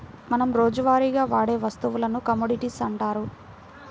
మనం రోజువారీగా వాడే వస్తువులను కమోడిటీస్ అంటారు